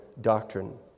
doctrine